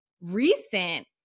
recent